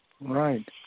Right